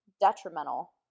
detrimental